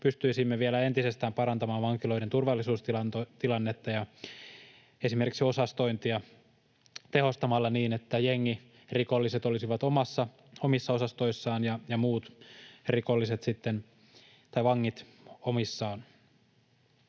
pystyisimme vielä entisestään parantamaan vankiloiden turvallisuustilannetta, esimerkiksi osastointia tehostamalla niin, että jengirikolliset olisivat omissa osastoissaan ja muut vangit sitten omissaan.